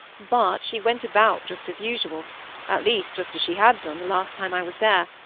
but she went about just as usual at least, just as she had done the last time i was there,